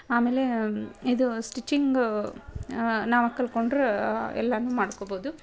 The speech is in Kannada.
ಆಮೇಲೆ ಇದು ಸ್ಟಿಚಿಂಗು ನಾವೇ ಕಲ್ತ್ಕೊಂಡ್ರ ಎಲ್ಲಾ ಮಾಡ್ಕೋಬೋದು